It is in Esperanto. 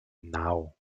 naŭ